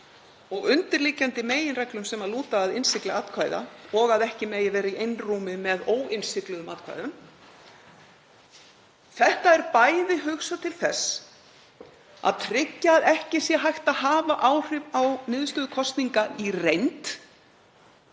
og undirliggjandi meginreglur sem lúta að innsiglun atkvæða og að ekki megi vera í einrúmi með óinnsigluðum atkvæðum, eru bæði hugsaðar til þess að tryggja að ekki sé hægt að hafa áhrif á niðurstöður kosninga í reynd